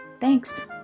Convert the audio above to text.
Thanks